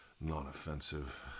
non-offensive